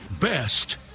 Best